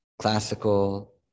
classical